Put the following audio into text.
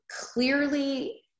clearly